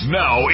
now